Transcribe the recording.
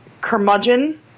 Curmudgeon